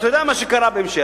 אתה יודע מה שקרה בהמשך,